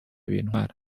bintwara